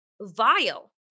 vile